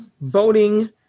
voting